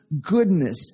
goodness